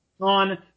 on